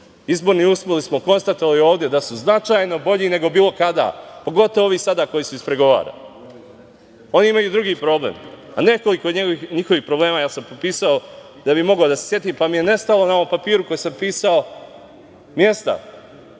Izborne uslove smo konstatovali da su značajno bolji nego bilo kada, pogotovo ovi sada koji su ispregovarani. Oni imaju drugi problem. Nekoliko njihovih problema, ja sam pisao da bih mogao da se setim, pa mi je nestalo mesta na ovom papiru na kom sam pisao, a